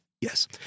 yes